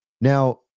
Now